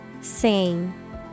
Sing